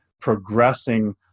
progressing